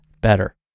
better